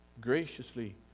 graciously